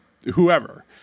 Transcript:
whoever